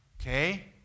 okay